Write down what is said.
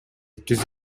түз